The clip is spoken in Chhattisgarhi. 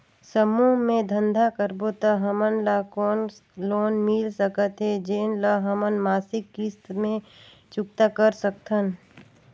समूह मे धंधा करबो त हमन ल कौन लोन मिल सकत हे, जेन ल हमन मासिक किस्त मे चुकता कर सकथन?